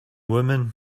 woman